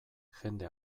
jende